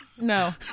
No